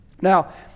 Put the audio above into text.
Now